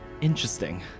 Interesting